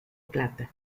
plata